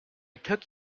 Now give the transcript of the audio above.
took